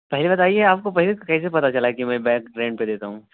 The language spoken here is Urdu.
پہلے بتائیے آپ کو پہلے سے کیسے پتہ چلا کہ میں بائک رینٹ پہ دیتا ہوں